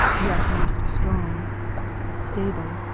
yet most strong stable,